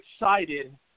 excited